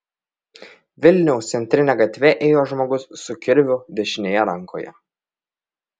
vilniaus centrine gatve ėjo žmogus su kirviu dešinėje rankoje